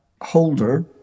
holder